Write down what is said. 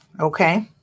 okay